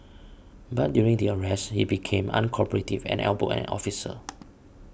but during the arrest he became uncooperative and elbowed an officer